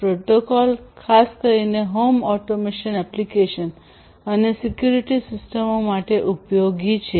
protocol ખાસ કરીને home automation application અને સેક્યુરીટી સુરક્ષા સિસ્ટમો માટે ઉપયોગી છે